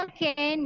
Okay